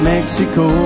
Mexico